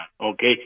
okay